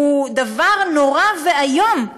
הוא דבר נורא ואיום?